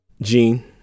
Gene